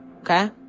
okay